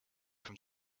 from